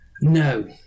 No